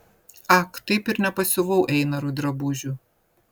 ak taip ir nepasiuvau einarui drabužių